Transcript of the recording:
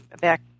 back